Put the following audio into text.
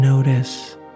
Notice